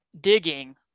digging